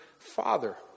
Father